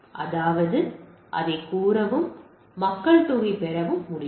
அதாவது அதைக் கோரவும் மக்கள்தொகை பெறவும் முடியும்